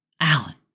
Alan